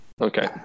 Okay